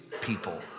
people